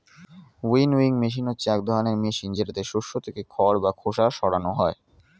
winnowing machine হচ্ছে এক ধরনের মেশিন যেটাতে শস্য থেকে খড় বা খোসা সরানো হয়